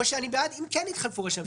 או שאני בעד רק בתנאי שכן יתחלפו ראשי הממשלה.